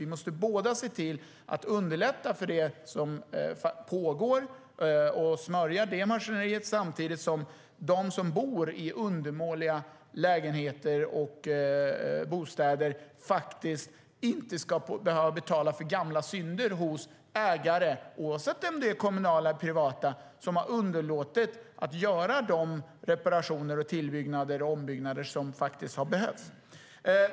Vi måste se till att underlätta för det som pågår och smörja det maskineriet samtidigt som de som bor i undermåliga lägenheter och bostäder inte ska behöva betala för gamla synder hos ägare, oavsett om de är kommunala eller privata, som har underlåtit att göra de reparationer, tillbyggnader och ombyggnader som faktiskt har behövts.